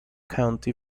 county